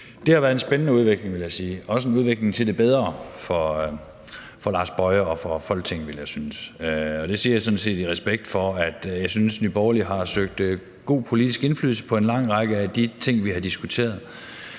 det har været en spændende udvikling, vil jeg sige. Det har også været en udvikling til det bedre for Lars Boje Mathiesen og Folketinget, synes jeg, og det siger jeg sådan set i respekt for, at jeg synes, at Nye Borgerlige har søgt god politisk indflydelse på en lang række af de ting, vi har diskuteret.